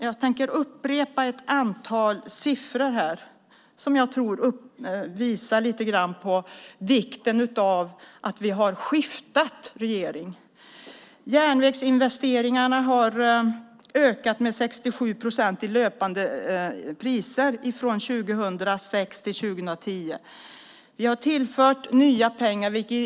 Jag tänker upprepa ett antal siffror, Lars Mejern Larsson, som visar lite grann vikten av att vi skiftade regering. Järnvägsinvesteringarna har ökat med 67 procent i löpande priser från 2006 till 2010. Vi har tillfört nya pengar.